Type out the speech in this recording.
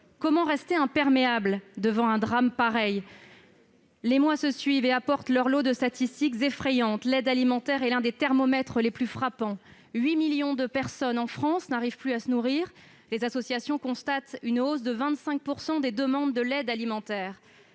Comment rester imperméable à un drame pareil ? Les mois se suivent et apportent leur lot de statistiques effrayantes. L'aide alimentaire est l'un des thermomètres qui affichent les résultats les plus frappants : 8 millions de personnes en France n'arrivent plus à se nourrir. Les associations constatent une hausse de 25 % des demandes d'aide alimentaire.